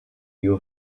you